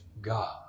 God